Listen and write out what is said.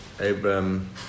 Abraham